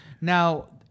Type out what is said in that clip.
Now